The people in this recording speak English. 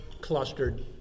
clustered